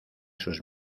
sus